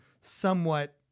somewhat